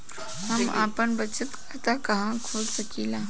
हम आपन बचत खाता कहा खोल सकीला?